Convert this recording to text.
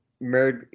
married